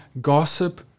gossip